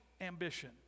ambition